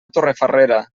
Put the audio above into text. torrefarrera